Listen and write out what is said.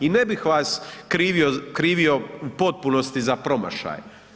I ne bih vas krivio u potpunosti za promašaj.